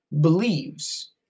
believes